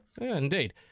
Indeed